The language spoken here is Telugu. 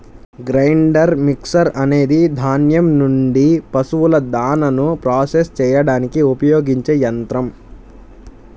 గ్రైండర్ మిక్సర్ అనేది ధాన్యం నుండి పశువుల దాణాను ప్రాసెస్ చేయడానికి ఉపయోగించే యంత్రం